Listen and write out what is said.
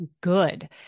good